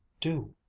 do!